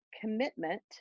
commitment